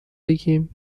بگیم